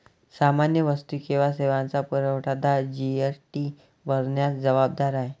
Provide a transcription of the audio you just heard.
सामान्य वस्तू किंवा सेवांचा पुरवठादार जी.एस.टी भरण्यास जबाबदार आहे